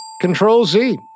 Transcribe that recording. Control-Z